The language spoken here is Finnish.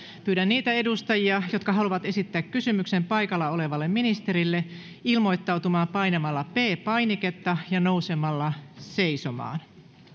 pyydän niitä edustajia jotka haluavat esittää kysymyksen paikalla olevalle ministerille ilmoittautumaan painamalla p painiketta ja nousemalla seisomaan